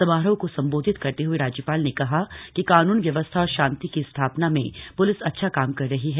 समारोह को संबोधित करते हए राज्यपाल ने कहा कि कानून व्यवस्था और शांति की स्थापना में प्लिस अच्छा कार्य कर रही है